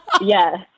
Yes